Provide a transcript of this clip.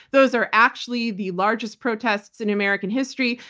those are actually the largest protests in american history.